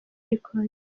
records